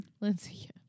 Lindsay